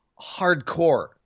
hardcore